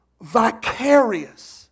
vicarious